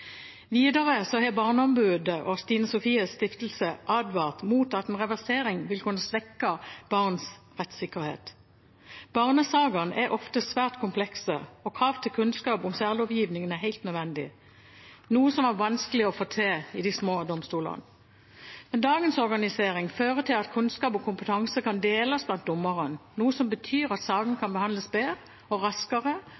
Videre har Barneombudet og Stine Sofies Stiftelse advart om at en reversering vil kunne svekke barns rettsikkerhet. Barnesakene er ofte svært komplekse, og krav til kunnskap om særlovgivningen er helt nødvendig, noe som var vanskelig å få til i de små domstolene. Dagens organisering fører til at kunnskap og kompetanse kan deles blant dommerne, noe som betyr at